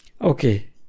Okay